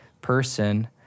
person